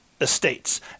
Estates